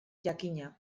jakina